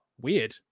weird